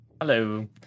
Hello